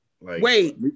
Wait